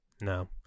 No